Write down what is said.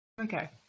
Okay